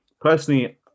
personally